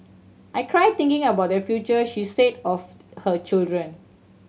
I cry thinking about their future she said of her children